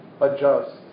adjust